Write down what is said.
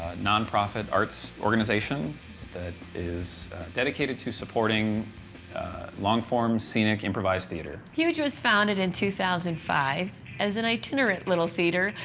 nonprofit arts organization that is dedicated to supporting long-form scenic improvised theater. huge was founded in two thousand and five as an itinerate little theater,